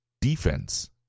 defense